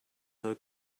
her